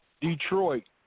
Detroit